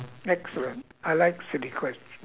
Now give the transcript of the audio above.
excellent I like silly questions